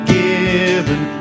given